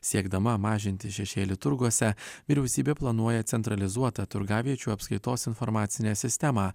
siekdama mažinti šešėlį turguose vyriausybė planuoja centralizuotą turgaviečių apskaitos informacinę sistemą